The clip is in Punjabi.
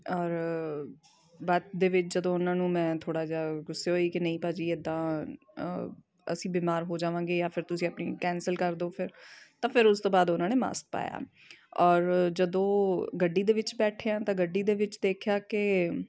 ਔਰ ਬਾਅਦ ਦੇ ਵਿੱਚ ਜਦੋਂ ਉਹਨਾਂ ਨੂੰ ਮੈਂ ਥੋੜ੍ਹਾ ਜਿਹਾ ਗੁੱਸੇ ਹੋਈ ਕਿ ਨਹੀਂ ਭਾਅ ਜੀ ਇੱਦਾਂ ਅਸੀਂ ਬਿਮਾਰ ਹੋ ਜਾਵਾਂਗੇ ਜਾਂ ਫਿਰ ਤੁਸੀਂ ਆਪਣੀ ਕੈਂਸਲ ਕਰ ਦਿਓ ਫਿਰ ਤਾਂ ਫਿਰ ਉਸ ਤੋਂ ਬਾਅਦ ਉਹਨਾਂ ਨੇ ਮਾਸਕ ਪਾਇਆ ਔਰ ਜਦੋਂ ਗੱਡੀ ਦੇ ਵਿੱਚ ਬੈਠੇ ਹਾਂ ਤਾਂ ਗੱਡੀ ਦੇ ਵਿੱਚ ਦੇਖਿਆ ਕਿ